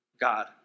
God